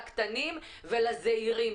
קטנים וזעירים.